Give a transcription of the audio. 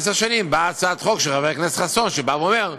באה הצעת חוק של חבר הכנסת חסון שאומר: